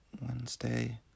Wednesday